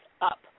Up